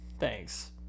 Thanks